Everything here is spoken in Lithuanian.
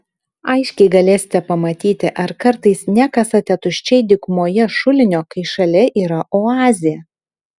aiškiai galėsite pamatyti ar kartais nekasate tuščiai dykumoje šulinio kai šalia yra oazė